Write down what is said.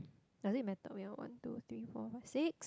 does it matter wait ah one two three four five six